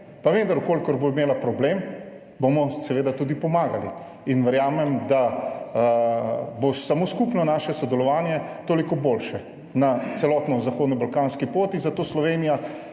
pa vendar v kolikor bo imela problem bomo seveda tudi pomagali in verjamem, da bo samo skupno naše sodelovanje toliko boljše, na celotno zahodno balkanski poti, zato Slovenija